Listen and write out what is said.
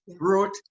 wrote